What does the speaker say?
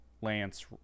Lance